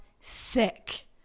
sick